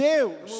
Deus